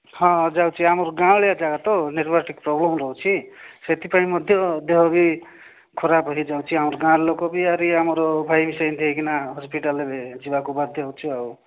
ହଁ ଯାଉଛି ଆମର ଗାଉଁଳିଆ ଜାଗା ତ ନେଟ୍ୱାର୍କ୍ ଟିକିଏ ପ୍ରୋବ୍ଲେମ୍ ରହୁଛି ସେଥିପାଇଁ ମଧ୍ୟ ଦେହ ବି ଖରାପ ହୋଇଯାଉଛି ଆମର ଗାଁର ଲୋକବି ଆହୁରି ଆମର ଭାଇବି ସେମିତି ହେଇ କିନା ହସ୍ପିଟାଲ୍ରେ ଯିବାକୁ ବାଧ୍ୟ ହେଉଛି ଆଉ